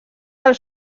del